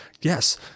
yes